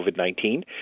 COVID-19